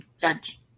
judge